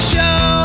Show